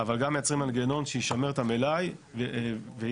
אבל גם מייצרים מנגנון שיישמר את המלאי ויהיה